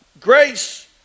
grace